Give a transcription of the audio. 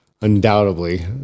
undoubtedly